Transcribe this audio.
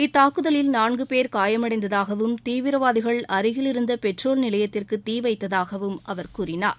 இத்தாக்குதலில் நான்கு பேர் காயமடைந்ததாகவும் தீவிரவாதிகள் அருகில் இருந்த பெட்ரோல் நிலையத்திற்கு தீ வைத்ததாகவும் அவர் கூறினார்